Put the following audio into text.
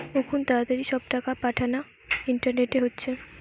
আখুন তাড়াতাড়ি সব টাকা পাঠানা ইন্টারনেটে হচ্ছে